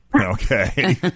Okay